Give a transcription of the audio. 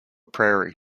prairie